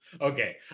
Okay